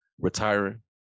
retiring